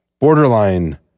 borderline